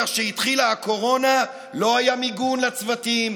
כך, כשהתחילה הקורונה לא היה מיגון לצוותים,